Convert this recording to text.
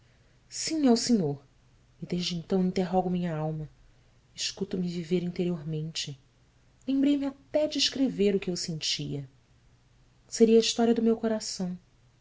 sim ao senhor e desde então interrogo minha alma escuto me viver interiormente lembrei-me até de escrever o que eu sentia seria a história do meu coração